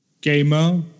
gamer